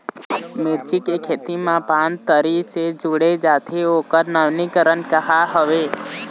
मिर्ची के खेती मा पान तरी से मुड़े जाथे ओकर नवीनीकरण का हवे?